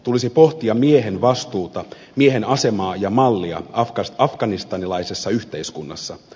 tulisi pohtia miehen vastuuta miehen asemaa ja mallia afganistanilaisessa yhteiskunnassa